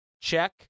Check